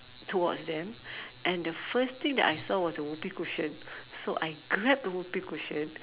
towards them and the first thing that I saw was the Whoopee cushion so I grab the Whoopee cushion